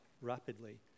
rapidly